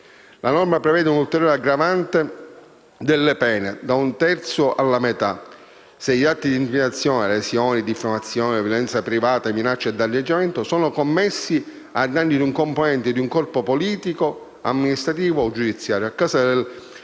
la norma prevede un'ulteriore aggravante delle pene (da un terzo alla metà) se gli atti di intimidazione (lesione, diffamazione, violenza privata, minaccia, danneggiamento) sono commessi ai danni di un componente di un corpo politico, amministrativo o giudiziario a causa